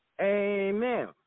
Amen